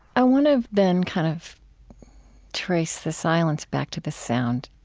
i want to then kind of trace the silence back to the sound,